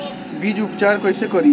बीज उपचार कईसे करी?